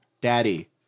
Daddy